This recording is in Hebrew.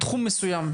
בתחום מסוים,